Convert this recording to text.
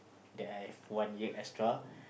that I have one new extra